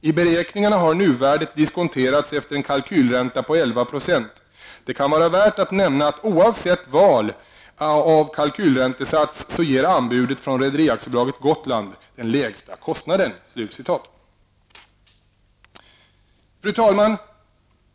I beräkningarna har nuvärdet diskonterats efter en kalkylränta på 11 %. Det kan vara värt att nämna att oavsett val av kalkylräntesats ger anbudet från Fru talman!